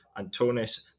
Antonis